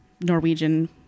norwegian